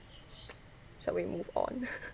shall we move on